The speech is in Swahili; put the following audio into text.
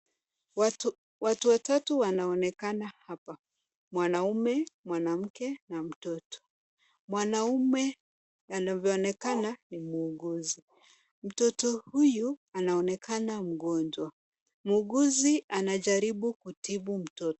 Watu watatu wanaonekana hapa mwanaume, mwanamke na mtoto. Mwanaume anavyoonekana ni muuguzi. Mtoto huyu anaonekana mgonjwa. Muuguzi anajaribu kutibu mtoto.